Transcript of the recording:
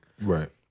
Right